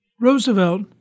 Roosevelt